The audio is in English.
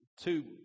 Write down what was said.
two